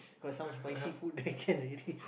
got some spicy food there can already